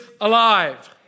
alive